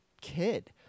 kid